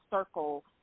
circle